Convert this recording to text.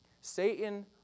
Satan